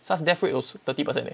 SARS death rate was thirty per cent eh